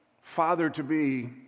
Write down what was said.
father-to-be